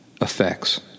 effects